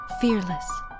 Fearless